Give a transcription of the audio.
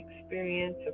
experience